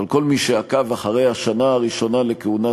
אבל כל מי שעקב אחרי השנה הראשונה לכהונת